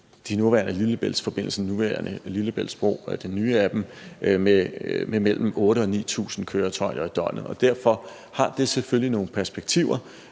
den nuværende Lillebæltsforbindelse – den nuværende nye Lillebæltsbro – med mellem 8.000 og 9.000 køretøjer i døgnet. Derfor har det selvfølgelig nogle perspektiver